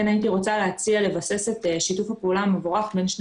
כן הייתי רוצה להציע לבסס את שיתוף הפעולה המבורך בין שני